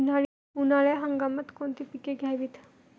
उन्हाळी हंगामात कोणती पिके घ्यावीत?